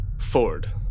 Ford